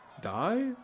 die